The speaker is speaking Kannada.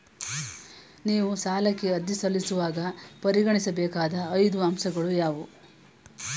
ನೀವು ಸಾಲಕ್ಕೆ ಅರ್ಜಿ ಸಲ್ಲಿಸುವಾಗ ಪರಿಗಣಿಸಬೇಕಾದ ಐದು ಅಂಶಗಳು ಯಾವುವು?